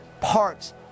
parts